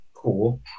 Cool